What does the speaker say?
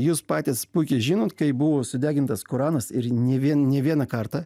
jūs patys puikiai žinot kai buvo sudegintas koranas ir ne vien ne vieną kartą